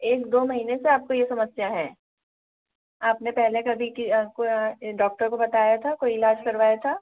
एक दो महीने से आपको यह समस्या है आपने पहले कभी किसी को डॉक्टर को बताया था कोई इलाज करवाया था